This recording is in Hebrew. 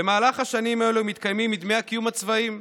במהלך השנים האלה הם מתקיימים מדמי הקיום הצבאיים,